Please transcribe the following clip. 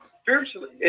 spiritually